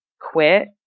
quit